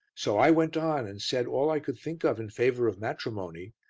so i went on and said all i could think of in favour of matrimony,